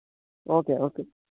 okay okay